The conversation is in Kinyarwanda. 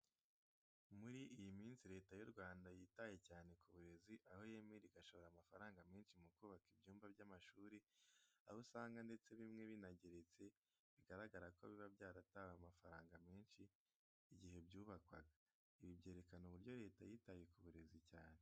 Muri iyi minsi Leta y'u Rwanda yitaye cyane ku burezi aho yemera igashora amafaranga menshi mu kubaka ibyumba by'amashuri aho usanga ndetse bimwe binageretse, bigaragara ko biba byaratwaye amafaranga menshi igihe byubakwaga. Ibi byerekana uburyo Leta yitaye ku burezi cyane.